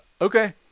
Okay